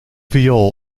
viool